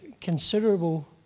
considerable